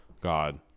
God